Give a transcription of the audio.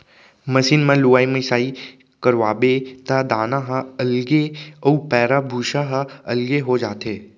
machine म लुवाई मिसाई करवाबे त दाना ह अलगे अउ पैरा भूसा ह अलगे हो जाथे